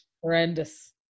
Horrendous